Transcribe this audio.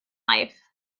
life